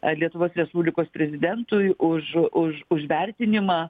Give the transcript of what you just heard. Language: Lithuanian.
lietuvos respublikos prezidentui už už už vertinimą